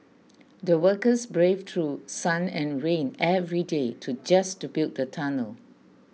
the workers braved through sun and rain every day to just to build the tunnel